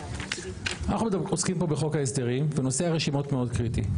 אנחנו עוסקים פה בחוק ההסדרים ונושא הרשימות הוא מאוד קריטי.